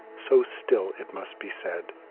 so still it must be said,